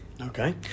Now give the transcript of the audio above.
Okay